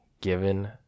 given